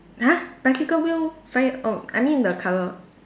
!huh! bicycle wheel fire oh I mean the colour